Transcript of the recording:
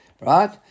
Right